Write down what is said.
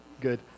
good